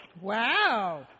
Wow